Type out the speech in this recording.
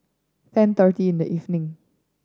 ten thirty in the evening